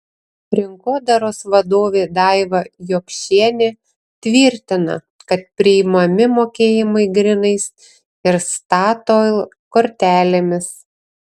rinkodaros vadovė daiva jokšienė tvirtina kad priimami mokėjimai grynais ir statoil kortelėmis